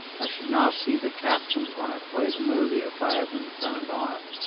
i should now see the captions when i play the movie if i have them turned on.